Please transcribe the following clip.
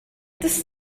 this